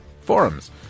forums